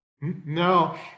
No